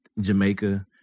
Jamaica